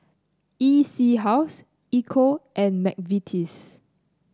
E C House Ecco and McVitie's